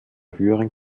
höheren